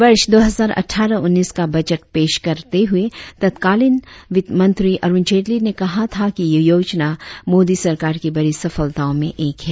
वर्ष दो हजार अटठारह उन्नीस का बजट पेश कराते हुए तत्कालीन वित्त मंत्री अरुण जेटली ने कहा था कि यह योजना मोदी सरकार की बड़ी सफलताओं में एक है